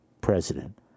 president